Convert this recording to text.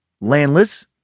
landless